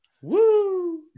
Woo